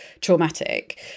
traumatic